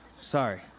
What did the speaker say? Sorry